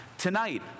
Tonight